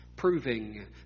Proving